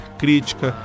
crítica